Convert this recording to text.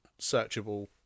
searchable